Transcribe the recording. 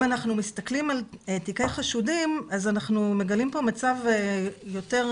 אם אנחנו מסתכלים על תיקי חשודים אז אנחנו מגלים פה מצב קצת